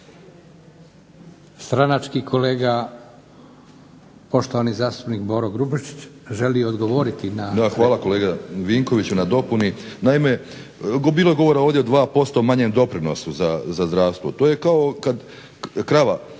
Stranački kolega, poštovani zastupnik Boro Grubišić želi odgovoriti na. **Grubišić, Boro (HDSSB)** Da, hvala kolegi Vinkoviću na dopuni. Naime, bilo je govora ovdje od 2% manjem doprinosu za zdravstvo. To je kao kad krava